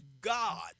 God